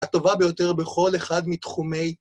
הטובה ביותר בכל אחד מתחומי.